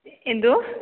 എന്താണ്